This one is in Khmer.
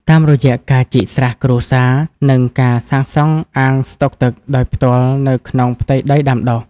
តាមរយៈការជីកស្រះគ្រួសារ និងការសាងសង់អាងស្តុកទឹកដោយផ្ទាល់នៅក្នុងផ្ទៃដីដាំដុះ។